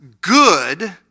good